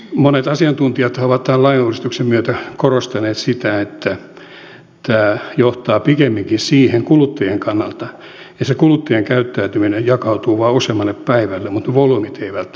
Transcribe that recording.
monet asiantuntijathan ovat tämän lainuudistuksen myötä korostaneet sitä että tämä johtaa kuluttajien kannalta pikemminkin siihen että kuluttajien käyttäytyminen jakautuu vain useammalle päivälle mutta ne volyymit eivät välttämättä siellä kasva